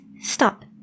stop